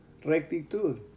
rectitud